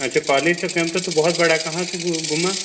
अच्छा कॉलेज का कैंपस तो बहुत बड़ा कहाँ से गुमा